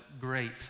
great